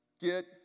get